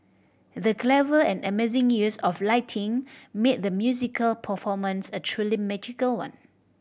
the clever and amazing use of lighting made the musical performance a truly magical one